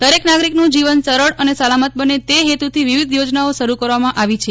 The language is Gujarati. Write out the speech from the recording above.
દરેક નાગરિકનું જીવન સરળ અને સલામત બને તે હેતુથી વિવિધ યોજનાઓ શરૂ કરવામાં આવી છે